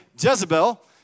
Jezebel